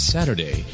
Saturday